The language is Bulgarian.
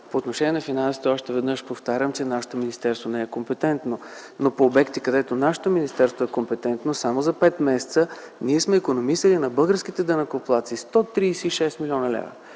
По отношение на финансите още веднъж повтарям, че нашето министерство не е компетентно, но по обекти, където нашето министерство е компетентно, само за пет месеца ние сме икономисали на българските данъкоплатци 136 млн. лв.